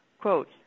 Quote